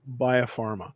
Biopharma